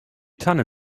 tanne